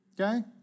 Okay